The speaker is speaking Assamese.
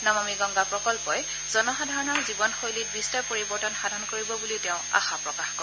নমামি গংগা প্ৰকল্পই জনসাধাৰণৰ জীৱনশৈলীত বিস্তৰ পৰিবৰ্তন সাধন কৰিব বুলিও তেওঁ আশা প্ৰকাশ কৰে